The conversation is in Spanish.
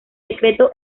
decreto